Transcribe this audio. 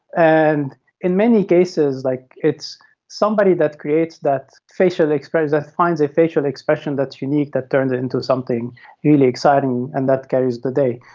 and in many cases like it's somebody that creates that facial experience, that finds a facial expression that's unique that turns into something really exciting, and that carries today.